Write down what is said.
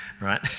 right